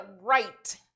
right